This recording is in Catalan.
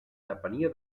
depenia